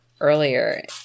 earlier